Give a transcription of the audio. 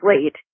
late